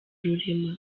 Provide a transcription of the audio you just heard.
rurema